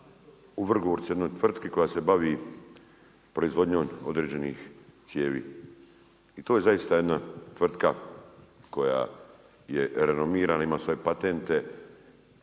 u Vrgorcu u jednoj tvrtki koja se bavi proizvodnjom određenih cijevi. To je zaista jedna tvrtka koja je renomirana, ima svoje patente.